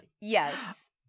Yes